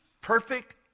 perfect